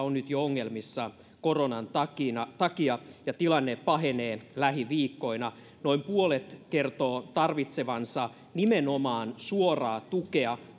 on nyt jo ongelmissa koronan takia takia ja tilanne pahenee lähiviikkoina noin puolet kertoo tarvitsevansa nimenomaan suoraa tukea